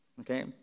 okay